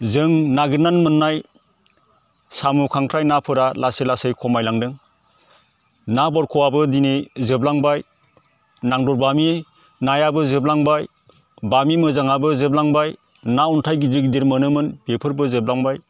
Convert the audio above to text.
जों नागिरनानै मोन्नाय साम' खांख्राय नाफोरा लासै लासै खमाय लांदों ना बर्खआबो दिनै जोबलांबाय नांदर बामि नायाबो जोबलांबाय बामि मोजांआबो जोबलांबाय ना अन्थाय गिदिर गिदिर मोनोमोन बेफोरबो जोबलांबाय